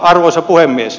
arvoisa puhemies